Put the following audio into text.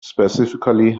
specifically